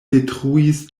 detruis